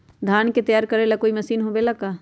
धान के तैयार करेला कोई मशीन होबेला का?